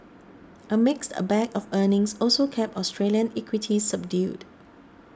a mixed a bag of earnings also kept Australian equities subdued